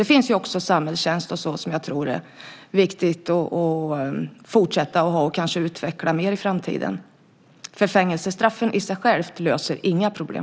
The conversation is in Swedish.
Det finns också samhällstjänst som det är viktigt att ha och kanske utveckla mer i framtiden. Fängelsestraff i sig löser inga problem.